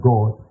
God